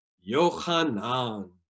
yohanan